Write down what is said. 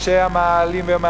כאן את אנשי המאהלים והמארגנים,